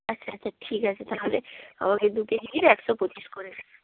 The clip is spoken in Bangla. আচ্ছা আচ্ছা ঠিক আছে তাহলে আমাকে দু কেজি দিন একশো পঁচিশ করে